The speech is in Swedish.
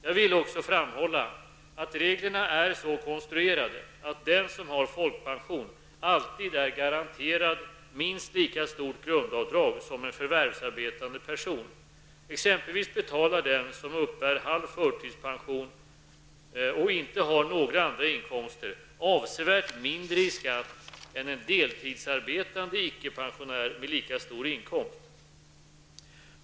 Jag vill också framhålla att reglerna är så konstruerade att den som har folkpension alltid är garanterad minst lika stort grundavdrag som en förvärvsarbetande person. Exempelvis betalar den som uppbär halv förtidspension och inte har några andra inkomster avsevärt mindre i skatt än en deltidsarbetande icke-pensionär med lika stor inkomst.